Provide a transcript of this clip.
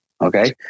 Okay